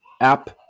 app